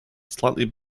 slightly